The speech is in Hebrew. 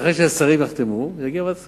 אחרי שהשרים יחתמו, זה יגיע לוועדת הכספים.